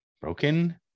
Broken